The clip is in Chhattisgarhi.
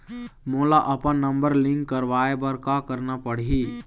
मोला अपन नंबर लिंक करवाये बर का करना पड़ही?